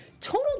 Total